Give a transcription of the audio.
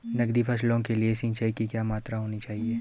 नकदी फसलों के लिए सिंचाई की क्या मात्रा होनी चाहिए?